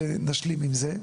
נשלים עם זה.